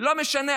לא משנה,